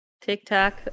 TikTok